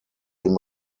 ihm